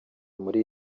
muri